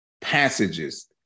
passages